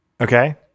Okay